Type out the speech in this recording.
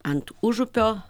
ant užupio